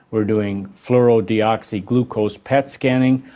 we're doing fluorodeoxyglucose pet scanning,